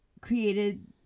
created